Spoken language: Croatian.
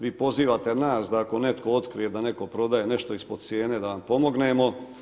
Vi pozivate nas da ako netko otkrije da netko prodaje nešto ispod cijene da vam pomognemo.